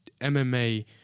MMA